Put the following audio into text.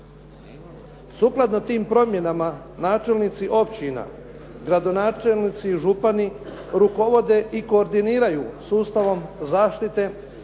Sukladno tim promjenama načelnici općina, gradonačelnici i župani rukovode i koordiniraju sustavom zaištite